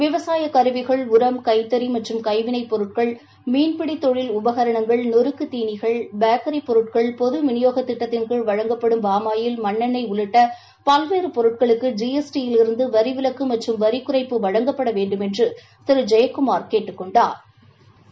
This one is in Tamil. விவசாய கருவிகள் உரம் கைத்தறி மற்றும் கைவினைப் பொருட்கள் மீன்பிடி தொழில் உபகரணங்கள் நொறுக்கு தீனிகள் பேக்கரி பொருட்கள் பொது விநியோக திட்டத்தின் கீழ் வழங்கப்படும் பாமாயில் மண்ணெனெய் உள்ளிட்ட பல்வேறு பொருட்களுக்கு ஜி எஸ் டி யிலிருந்து வரி விலக்கு மற்றும் வரிக்குறைப்பு வழங்கப்பட வேண்டுமென்று திரு ஜெயக்குமாா் கேட்டுக் கொண்டாா்